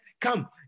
come